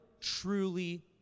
truly